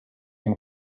can